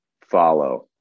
Follow